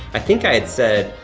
i think i had said